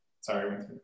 Sorry